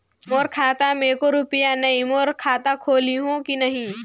मोर खाता मे एको रुपिया नइ, मोर खाता खोलिहो की नहीं?